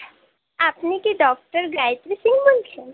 আপনি কি ডক্টর গায়েত্রী সিং বলছেন